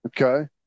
Okay